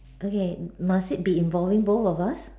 okay must it be involving both of us